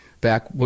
back